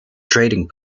trading